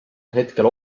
hetkel